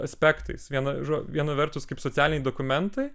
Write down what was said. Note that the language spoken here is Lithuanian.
aspektais viena žo viena vertus kaip socialiniai dokumentai